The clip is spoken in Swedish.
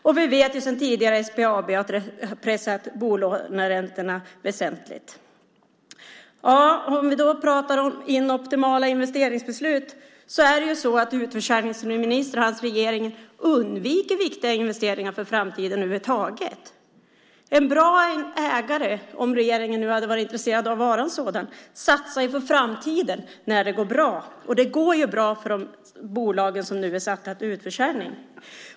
Och vi vet sedan tidigare att SBAB har pressat ned bolåneräntorna väsentligt. När det sedan gäller inoptimala investeringsbeslut undviker utförsäljningsministern och hans regering viktiga investeringar för framtiden över huvud taget. En bra ägare, om regeringen nu hade varit intresserad av att vara en sådan, satsar för framtiden när det går bra, och det går ju bra för de bolag som nu är satta att utförsäljas.